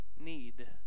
need